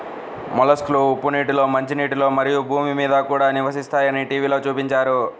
మొలస్క్లు ఉప్పు నీటిలో, మంచినీటిలో, మరియు భూమి మీద కూడా నివసిస్తాయని టీవిలో చూపించారు